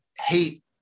hate